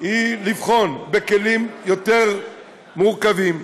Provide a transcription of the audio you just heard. היא לבחון בכלים יותר מורכבים,